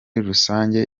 rusange